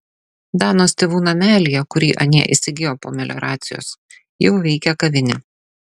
danos tėvų namelyje kurį anie įsigijo po melioracijos jau veikia kavinė